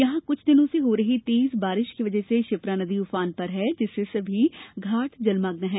यहां कुछ दिनों से हो रही तेज बारिश की वजह से क्षिप्रा नदी ऊफान पर है जिससे सभी घाट जलमग्न हैं